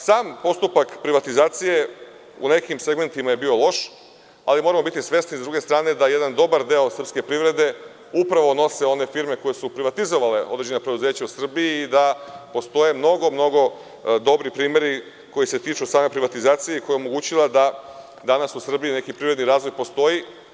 Sam postupak privatizacije u nekim segmentima je bio loš, ali moramo biti svesni da, sa druge strane, jedan dobar deo srpske privrede upravo nose one firme koje su privatizovale određena preduzeća u Srbiji i da postoje mnogo, mnogo dobri primeri koji se tiču same privatizacije koja je omogućava da danas u Srbiji neki privredni razvoj postoji.